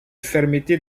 fermeté